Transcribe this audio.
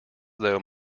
though